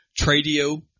Tradio